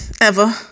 ever